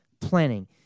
planning